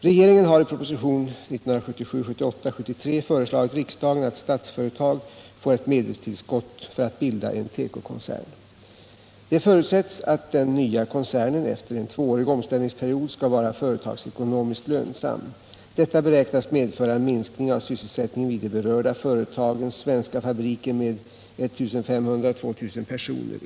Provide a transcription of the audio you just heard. Regeringen har i propositionen 1977/78:73 föreslagit riksdagen att Statsföretag får ett medelstillskott för att bilda en tekokoncern. Det förutsätts att den nya koncernen efter en tvåårig omställningsperiod skall vara företagsekonomiskt lönsam. Detta beräknas medföra en minskning av sysselsättningen vid de berörda företagens svenska fabriker med 1 500-2 000 personer.